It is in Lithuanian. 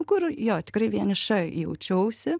kur jo tikrai vieniša jaučiausi